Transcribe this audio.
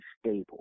stable